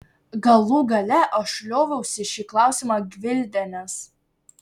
galų gale aš lioviausi šį klausimą gvildenęs